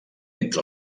entre